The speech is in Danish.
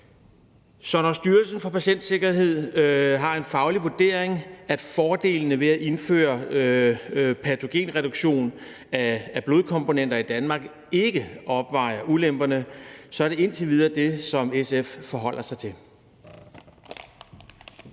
Så når Styrelsen for Patientsikkerhed har den faglige vurdering, at fordelene ved at indføre patogenreduktion af blodkomponenter i Danmark ikke opvejer ulemperne, er det indtil videre det, som SF forholder sig til.